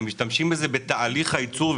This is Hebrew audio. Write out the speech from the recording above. משתמשים בזה בתהליך הייצור,